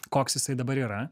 koks jisai dabar yra